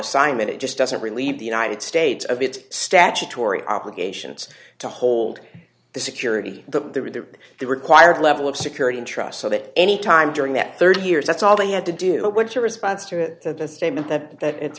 assignment it just doesn't relieve the united states of its statutory obligations to hold the security the the required level of security interest so that any time during that thirty years that's all they had to do what to response to the statement that